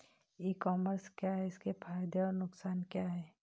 E commerce क्या है इसके फायदे और नुकसान क्या है?